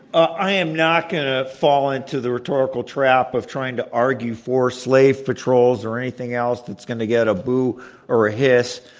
i am not going to fall into the rhetorical trap of trying to argue for slave patrols or anything else that's going to get a boo or a hiss